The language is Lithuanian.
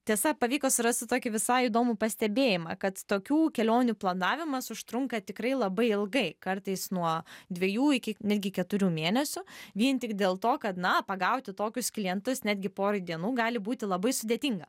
tiesa pavyko surasti tokį visai įdomų pastebėjimą kad tokių kelionių planavimas užtrunka tikrai labai ilgai kartais nuo dviejų iki netgi keturių mėnesių vien tik dėl to kad na pagauti tokius klientus netgi porai dienų gali būti labai sudėtinga